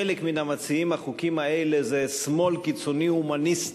חלק מן המציעים את החוקים האלה זה שמאל קיצוני הומניסטי